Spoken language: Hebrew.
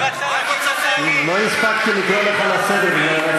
אני עוד לא הספקתי לקרוא אותך לסדר מרוב,